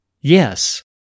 Yes